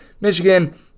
Michigan